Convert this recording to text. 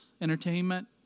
entertainment